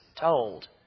told